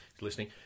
listening